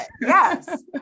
Yes